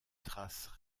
traces